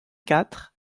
quatre